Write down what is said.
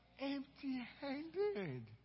empty-handed